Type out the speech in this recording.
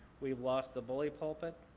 we've lost the bully pulpit,